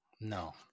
no